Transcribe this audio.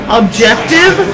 objective